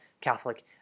Catholic